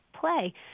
play